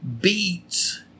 beats